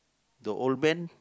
the old man